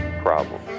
problem